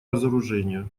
разоружению